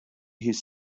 his